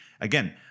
again